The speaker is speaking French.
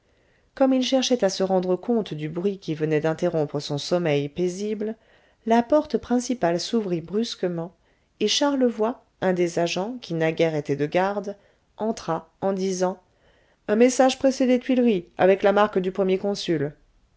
comme il cherchait à se rendre compte du bruit qui venait d'interrompre son sommeil paisible la porte principale s'ouvrit brusquement et charlevoy un des agents qui naguère était de garde entra en disant un message pressé des tuileries avec la marque du premier consul